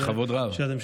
בכבוד רב.